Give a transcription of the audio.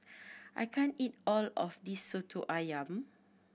I can't eat all of this Soto Ayam